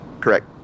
Correct